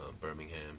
Birmingham